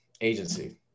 agency